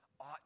ought